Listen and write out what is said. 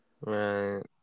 right